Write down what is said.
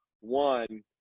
One